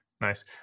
nice